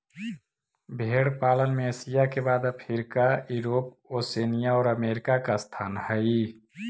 भेंड़ पालन में एशिया के बाद अफ्रीका, यूरोप, ओशिनिया और अमेरिका का स्थान हई